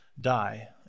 die